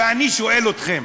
ואני שואל אתכם: